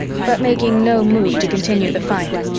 but making no move to continue the fight,